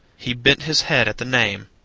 he bent his head at the name.